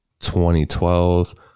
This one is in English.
2012